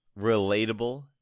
relatable